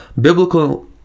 biblical